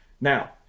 Now